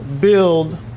build